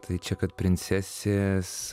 tai čia kad princesės